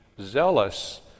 zealous